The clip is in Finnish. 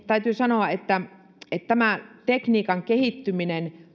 täytyy sanoa että että toivon mukaan tekniikan kehittyminen